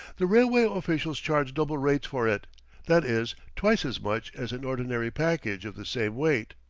the railway officials charge double rates for it that is, twice as much as an ordinary package of the same weight.